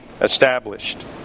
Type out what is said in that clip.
established